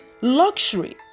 luxury